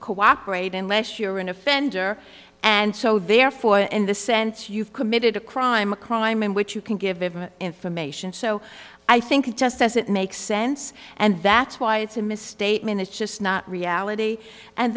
cooperate unless you're an offender and so therefore in the sense you've committed a crime a crime in which you can give him information so i think it just doesn't make sense and that's why it's a misstatement it's just not reality and